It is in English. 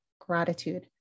gratitude